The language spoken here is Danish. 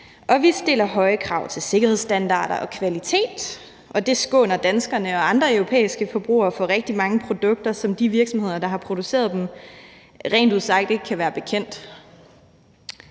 vi stiller høje krav til sikkerhedsstandarder og kvalitet. Det skåner danskerne og andre europæiske forbrugere for rigtig mange produkter, som de virksomheder, der har produceret dem, rent ud sagt ikke kan være bekendt.